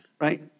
Right